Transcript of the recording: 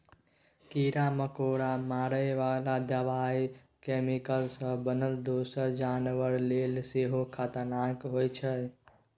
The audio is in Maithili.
कीरा मकोरा मारय बला दबाइ कैमिकल सँ बनल दोसर जानबर लेल सेहो खतरनाक होइ छै